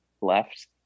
left